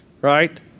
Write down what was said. right